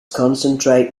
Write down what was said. concentrate